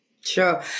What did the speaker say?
Sure